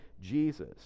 jesus